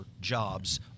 jobs